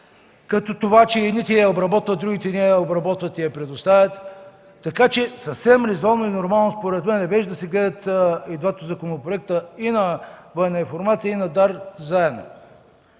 като това, че едните я обработват, другите не я обработват и я предоставят. Така че съвсем резонно и нормално според мен беше да се гледат и двата законопроекта – и на „Военна информация” и на Държавна